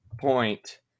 point